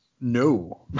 No